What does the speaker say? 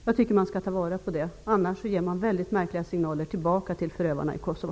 Jag tycker att vi skall ta vara på det. Annars ger vi mycket märkliga signaler till förövarna i Kosovo.